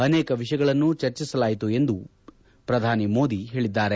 ಅನೇಕ ವಿಷಯಗಳನ್ನು ಚರ್ಚಿಸಲಾಯಿತು ಎಂದು ಪ್ರಧಾನಿ ಮೋದಿ ಹೇಳಿದ್ದಾರೆ